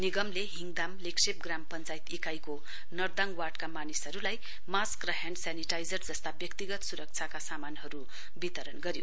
निगमले हिङदाम लेग्शेप ग्राम पञ्चायत इकाइको नरदाङ वार्डका मानिसहरूलाई मास्क र ह्याण्ड सेनिटाइजर जस्ता व्यक्तिगत सुरक्षाका सामानहरू वितरण गर्यो